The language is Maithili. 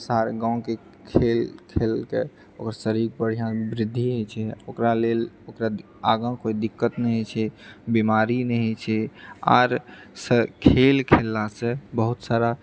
गाँवके खेल खेलके ओकर शरीर बढ़िआँ वृद्धि होइत छै ओकरा लेल ओकरा आगाँ कोइ दिक्कत नहि होइत छै बीमारी नहि होइत छै आर खेल खेललासँ बहुत सारा